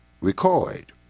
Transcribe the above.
record